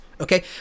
Okay